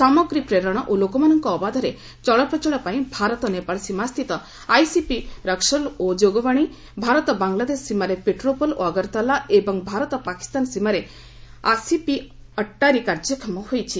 ସାମଗ୍ରୀ ପ୍ରେରଣ ଓ ଲୋକମାନଙ୍କ ଅବାଧରେ ଚଳପ୍ରଚଳ ପାଇଁ ଭାରତ ନେପାଳ ସୀମାସ୍ଥିତ ଆଇସିପି ରକ୍ସଉଲ୍ ଓ ଯୋଗବାଣୀ ଭାରତ ବାଂଲାଦେଶ ସୀମାରେ ପେଟ୍ରାପୋଲ୍ ଓ ଅଗର୍ତାଲା ଏବଂ ଭାରତ ପାକିସ୍ତାନ ସୀମାରେ ଆସିପି ଅଟ୍ଟାରୀ କାର୍ଯ୍ୟକ୍ଷମ ହୋଇଛି